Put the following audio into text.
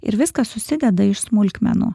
ir viskas susideda iš smulkmenų